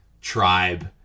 tribe